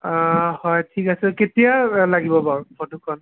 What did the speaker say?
হয় ঠিক আছে কেতিয়া লাগিব বাৰু ফটোখন